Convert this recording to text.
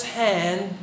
hand